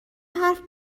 حرف